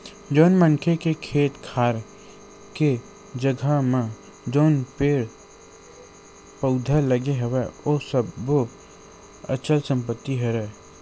जउन मनखे के खेत खार के जघा म जउन पेड़ पउधा लगे हवय ओ सब्बो अचल संपत्ति हरय